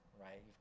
right